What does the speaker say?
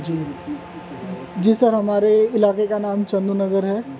جی جی سر ہمارے علاقے کا نام چندو نگر ہے